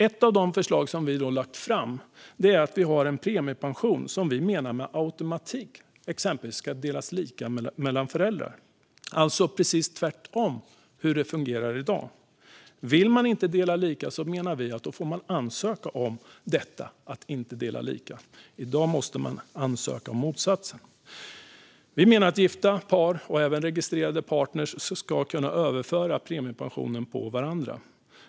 Ett av de förslag som vi har lagt fram är att premiepensionen med automatik ska delas lika mellan föräldrar, alltså precis tvärtom mot hur det fungerar i dag. Vill man inte dela lika får man ansöka om detta, menar vi. I dag måste man ansöka om motsatsen. Gifta par och registrerade partner kan överföra premiepensionen till varandra.